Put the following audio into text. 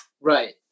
Right